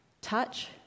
touch